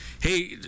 Hey